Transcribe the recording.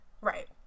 Right